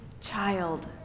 child